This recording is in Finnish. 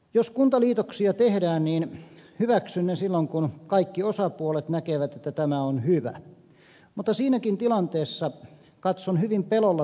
jos kuntaliitoksia tehdään niin hyväksyn ne silloin kun kaikki osapuolet näkevät että tämä on hyvä mutta siinäkin tilanteessa katson hyvin pelolla tulevaisuuteen